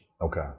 okay